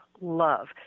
love